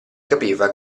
capiva